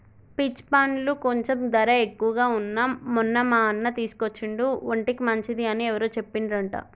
peach పండ్లు కొంచెం ధర ఎక్కువగా వున్నా మొన్న మా అన్న తీసుకొచ్చిండు ఒంటికి మంచిది అని ఎవరో చెప్పిండ్రంట